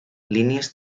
línies